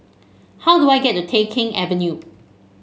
how do I get the Tai Keng Avenue